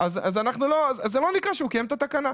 אז זה לא נקרא שהוא קיים את התקנה.